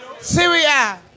Syria